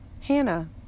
Hannah